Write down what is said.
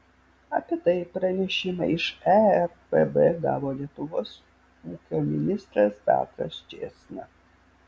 apie tai pranešimą iš erpb gavo lietuvos ūkio ministras petras čėsna